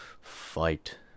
fight